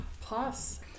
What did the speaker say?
Plus